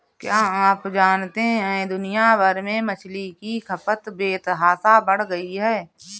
क्या आप जानते है दुनिया भर में मछली की खपत बेतहाशा बढ़ गयी है?